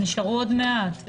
נשארו עוד מעט.